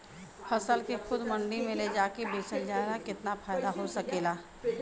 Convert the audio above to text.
फसल के खुद मंडी में ले जाके बेचला से कितना फायदा हो सकेला?